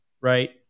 right